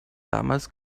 damals